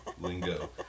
lingo